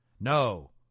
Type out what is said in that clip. No